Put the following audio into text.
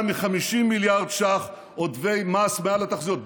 מ-50 מיליארד ש"ח עודפי מס מעל התחזיות.